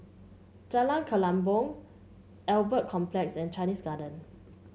Jalan Kelempong Albert Complex and Chinese Garden